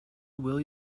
will